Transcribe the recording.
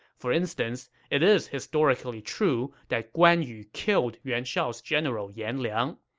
for instance, it is historically true that guan yu killed yuan shao's general yan liang.